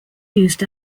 used